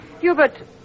Hubert